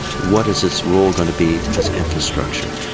what is its role going to be as infrastructure?